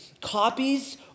copies